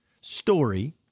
story